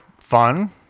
fun